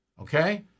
okay